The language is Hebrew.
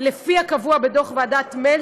לפי דוח ועדת מלץ,